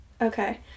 Okay